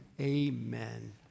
Amen